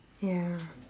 ya